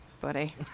buddy